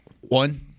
One